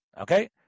Okay